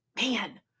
man